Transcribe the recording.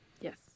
Yes